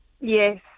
Yes